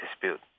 dispute